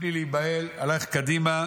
בלי להיבהל, הלך קדימה,